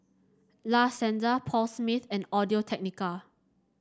La Senza Paul Smith and Audio Technica